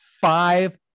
five